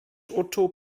uczuł